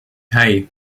hey